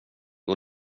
och